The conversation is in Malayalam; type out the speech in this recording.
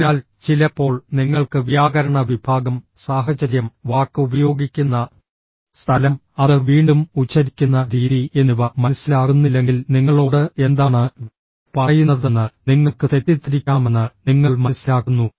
അതിനാൽ ചിലപ്പോൾ നിങ്ങൾക്ക് വ്യാകരണ വിഭാഗം സാഹചര്യം വാക്ക് ഉപയോഗിക്കുന്ന സ്ഥലം അത് വീണ്ടും ഉച്ചരിക്കുന്ന രീതി എന്നിവ മനസ്സിലാകുന്നില്ലെങ്കിൽ നിങ്ങളോട് എന്താണ് പറയുന്നതെന്ന് നിങ്ങൾക്ക് തെറ്റിദ്ധരിക്കാമെന്ന് നിങ്ങൾ മനസ്സിലാക്കുന്നു